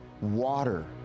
Water